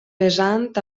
vessant